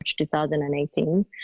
2018